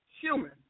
human